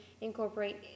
incorporate